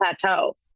plateau